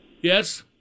Yes